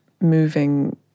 moving